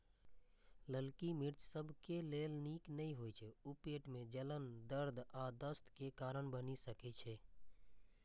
ललकी मिर्च सबके लेल नीक नै होइ छै, ऊ पेट मे जलन, दर्द आ दस्त के कारण बनि सकै छै